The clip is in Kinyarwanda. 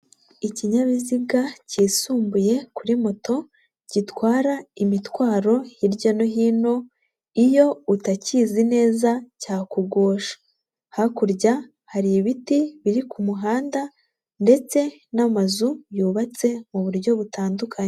Ikinyabiziga kisumbuye kuri moto, gitwara imitwaro hirya no hino iyo utakizi neza cyakugusha, hakurya hari ibiti biri ku muhanda ndetse n'amazu yubatse mu buryo butandukanye.